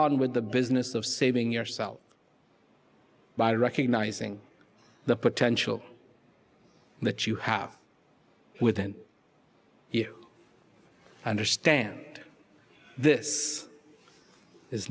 on with the business of saving yourself by recognizing the potential that you have within you and a stand this is